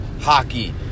hockey